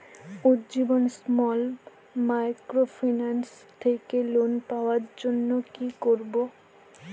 Ujjivan small microfinance থেকে loan পাওয়ার জন্য কি করব?